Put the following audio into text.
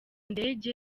ndege